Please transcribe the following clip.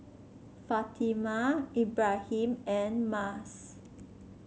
Fatimah Ibrahim and Mas